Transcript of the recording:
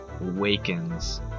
awakens